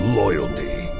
loyalty